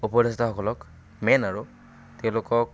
উপদেষ্টাসকলক মেইন আৰু তেওঁলোকক